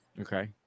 Okay